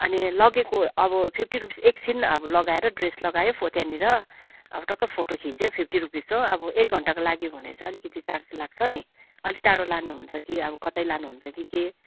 अनि लगेको अब फिफ्टी रुपिस एकछिन अब लगाएर ड्रेस लगायो त्यहाँनिर अब टक्क फोटो खिच्यो फिफ्टी रुपिस हो अब एक घन्टाको लागि हो भने चाहिँ अलिकति चार्ज लाग्छ नि अलिक टाढा लानुहुन्छ कि अब कतै लानुहुन्छ कि के